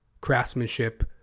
craftsmanship